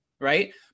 right